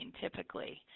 typically